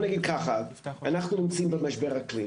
אנחנו נמצאים במשבר אקלים.